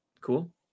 cool